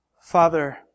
father